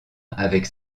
avec